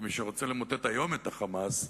מי שרוצה למוטט היום את ה"חמאס"